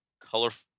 colorful